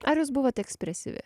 ar jūs bvuvot eksprėsivi